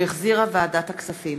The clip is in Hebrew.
שהחזירה ועדת הכספים.